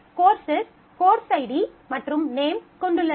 courses course ID மற்றும் name கொண்டுள்ளது